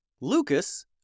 Lucas